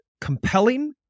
compelling